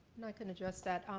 and i can address that.